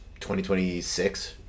2026